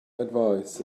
advice